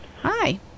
Hi